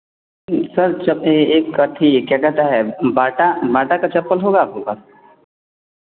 sir एक आथि क्या कहता है बाटा बाटा का चप्पल होगा आपके पास